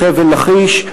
בחבל-לכיש.